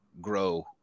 grow